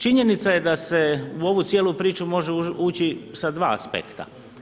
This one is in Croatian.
Činjenica je da se u ovu cijelu priču može ući sa dva aspekta.